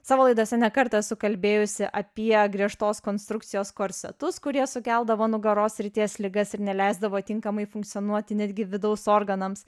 savo laidose ne kartą esu kalbėjusi apie griežtos konstrukcijos korsetus kurie sukeldavo nugaros srities ligas ir neleisdavo tinkamai funkcionuoti netgi vidaus organams